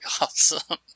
awesome